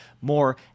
more